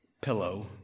pillow